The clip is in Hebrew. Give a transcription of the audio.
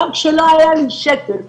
גם כשלא היה לי שקל,